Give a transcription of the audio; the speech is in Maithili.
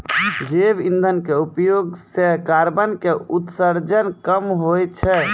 जैव इंधन के उपयोग सॅ कार्बन के उत्सर्जन कम होय छै